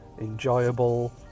enjoyable